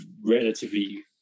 relatively